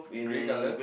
grey color